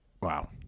Wow